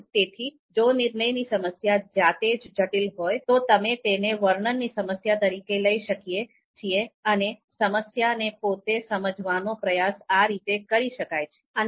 તેથી જો નિર્ણયની સમસ્યા જાતે જ જટિલ હોય તો તમે તેને વર્ણનની સમસ્યા તરીકે લઈ શકીએ છીએ અને સમસ્યા ને પોતે સમજવાનો પ્રયાસ આ રીતે કરી શકાય છે